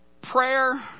Prayer